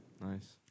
Nice